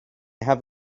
have